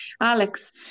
Alex